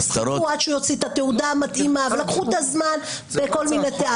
אז חיכו עד שהוא יוציא את התעודה המתאימה ולקחו את הזמן בכל מיני טענות.